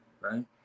right